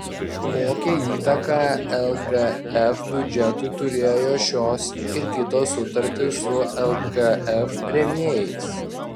kokią įtaką lkf biudžetui turėjo šios ir kitos sutartys su lkf rėmėjais